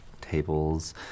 tables